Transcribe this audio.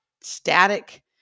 static